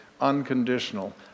unconditional